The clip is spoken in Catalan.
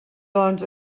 doncs